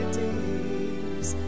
days